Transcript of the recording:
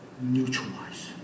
neutralize